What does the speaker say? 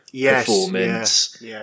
performance